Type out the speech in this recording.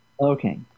Okay